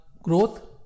growth